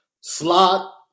slot